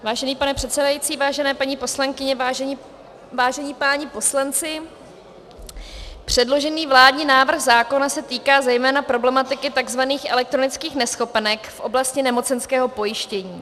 Vážený pane předsedající, vážené paní poslankyně, vážení páni poslanci, předložený vládní návrh zákona se týká zejména problematiky tzv. elektronických neschopenek v oblasti nemocenského pojištění.